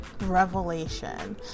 revelation